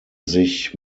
sich